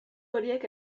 horiek